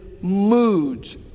moods